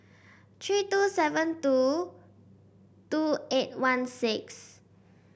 three two seven two two eight one six